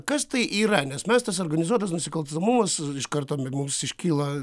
kas tai yra nes mes tas organizuotas nusikalstamumas iš karto mu mums iškyla